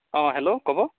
অঁ হেল্ল' ক'ব